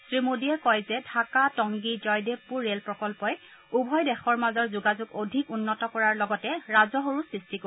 শ্ৰীমোডীয়ে কয় যে ঢাকা টংগি জয়দেৰপূৰ ৰে'ল প্ৰকল্পই উভয় দেশৰ মাজৰ যোগাযোগ অধিক উন্নত কৰাৰ লগতে ৰাজহৰো সৃষ্টি কৰিব